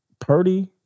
Purdy